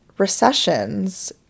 recessions